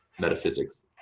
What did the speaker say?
metaphysics